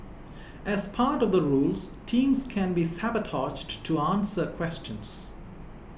as part of the rules teams can be sabotaged to answer questions